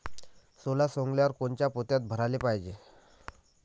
सोला सवंगल्यावर कोनच्या पोत्यात भराले पायजे?